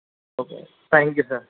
okay thank you sir